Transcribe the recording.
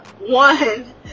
one